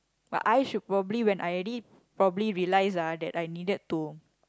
but I should probably when I already probably realised ah that I needed to